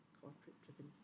corporate-driven